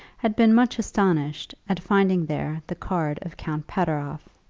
had been much astonished at finding there the card of count pateroff,